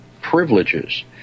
privileges